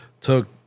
took